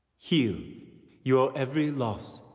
heal your every loss.